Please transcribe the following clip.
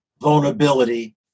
vulnerability